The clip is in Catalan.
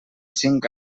cinc